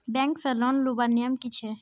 Bank से loan लुबार नियम की छे?